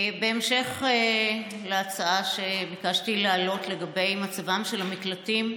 בהמשך להצעה שביקשתי להעלות לגבי מצבם של המקלטים,